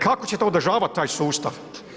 Kako ćete održavat taj sustav?